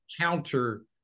counter